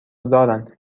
دارن